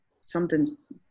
something's